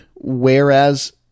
whereas